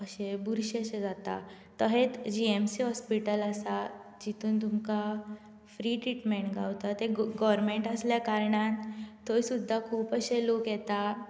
अशे बुरशे शे जाता तशेंच जीएम्सी हॉस्पीटल आसा जातूंत तुमकां फ्री ट्रिटमँट गावता गोवर्मेंट आसल्या कारणान थंय सुद्दा खूब लोक येता